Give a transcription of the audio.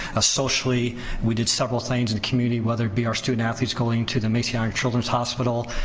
socially we did several things in the community, whether it be our student athletes going to the masonic children's hospital,